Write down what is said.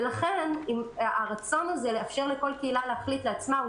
לכן הרצון הזה לאפשר לכל קהילה להחליט לעצמה הוא